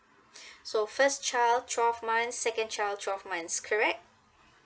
so first child twelve months second child twelve months correct